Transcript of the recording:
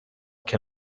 can